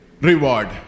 reward